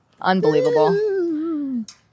Unbelievable